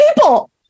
people